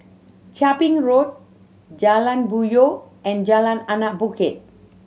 Chia Ping Road Jalan Puyoh and Jalan Anak Bukit